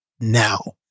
now